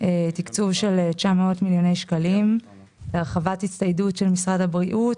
תקצוב של 900 מיליון שקלים להרחבת הצטיידות של משרד הבריאות,